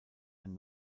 ein